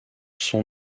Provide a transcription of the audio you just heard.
sont